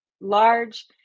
large